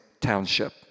Township